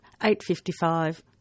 855